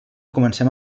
comencem